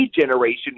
generation